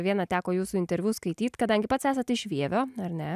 vieną teko jūsų interviu skaityt kadangi pats esat iš vievio ar ne